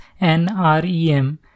NREM